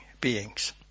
beings